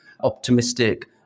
optimistic